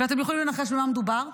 ואתם יכולים לנחש על מה מדובר,